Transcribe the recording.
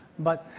but